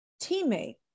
teammate